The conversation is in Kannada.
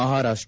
ಮಹಾರಾಷ್ಟ